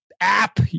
App